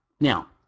Now